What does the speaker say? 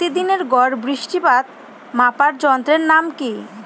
প্রতিদিনের গড় বৃষ্টিপাত মাপার যন্ত্রের নাম কি?